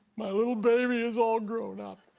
my little baby is all grown up.